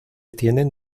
tienen